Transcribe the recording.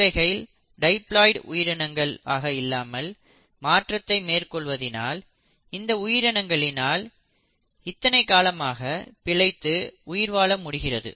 இவைகள் டைபிலாய்டு உயிரினங்கள் ஆக இல்லாமல் மாற்றத்தை மேற்கொள்வதினால் இந்த உயிரினங்களினால் இத்தனை காலமாக பிழைத்து உயிர் வாழ முடிந்திருக்கிறது